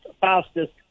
fastest